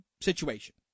situation